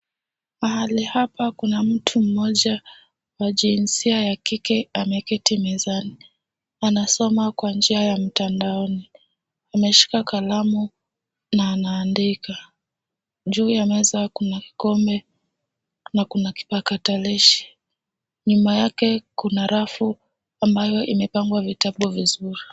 Pahali hapa pana mtu mmoja wa jinsia ya kike ameketi mezani. Anasoma kwa njia ya mtandaoni. Anashika kalamu na anaandika. Juu ya meza kuna vikombe na kuna vipakatallishi. Nyuma yake rafu ambayo imepangwa vitabu vizuri.